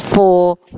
Four